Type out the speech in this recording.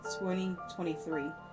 2023